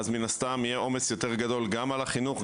מן הסתם יהיה עומס יותר גדול גם על החינוך,